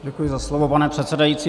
Děkuji za slovo, pane předsedající.